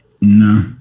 no